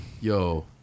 Yo